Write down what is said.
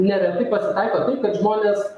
neretai pasitaiko taip kad žmonės